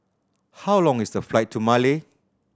how long is the flight to Male